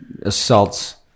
assaults